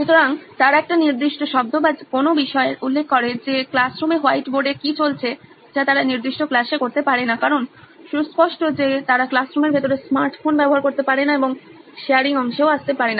সুতরাং তারা একটি নির্দিষ্ট শব্দ বা কোনো বিষয়ের উল্লেখ করে যে ক্লাসরুমে হোয়াইট বোর্ডে কি চলছে যা তারা নির্দিষ্ট ক্লাসে করতে পারে না কারণ সুস্পষ্ট যে তারা ক্লাসরুমের ভিতরে স্মার্ট ফোন ব্যবহার করতে পারে না এবং শেয়ারিং অংশেও আসতে পারে না